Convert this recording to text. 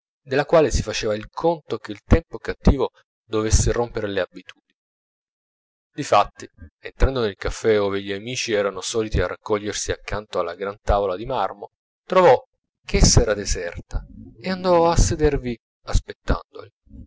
della quale si faceva il conto che il tempo cattivo dovesse romper le abitudini difatti entrando nel caffè ove gli amici erano soliti a raccogliersi accanto alla gran tavola di marmo trovò ch'essa era deserta e andò a sedervi aspettandoli